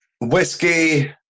whiskey